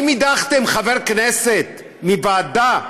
אם הדחתם חבר כנסת מוועדה,